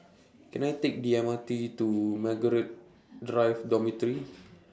Can I Take The M R T to Margaret Drive Dormitory